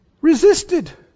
Resisted